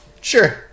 Sure